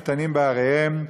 בעריהם.